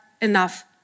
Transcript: Enough